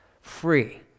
free